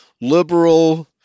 liberal